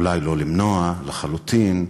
אולי לא למנוע לחלוטין,